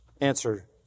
answer